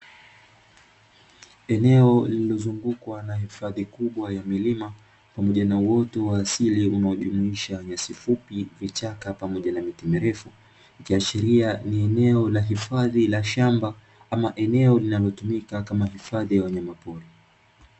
Eneo lililozungukwa hifadhi kubwa ya milima, pamoja na uoto wa asili unaojumuisha nyasi fupi, vichaka pamoja na miti mirefu. Ikiashiria ni eneo la hifadhi la shamba, ama eneo linalotumika kama hifadhi ya wanyama pori.